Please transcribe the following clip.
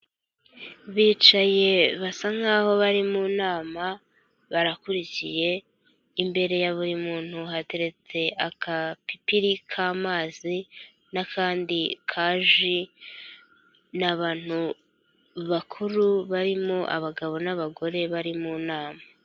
Bicaye basa nkaho bari mu nama barakurikiye imbere ya buri muntu hateretse akapipiri k'amazi n'akandi kaji ni abantu bakuru barimo abagabo n'abagore bari mu nama.